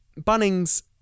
Bunnings